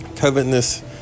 Covetousness